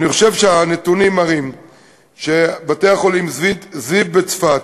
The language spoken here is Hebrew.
אני חושב שהנתונים מראים שבתי-החולים זיו בצפת,